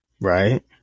Right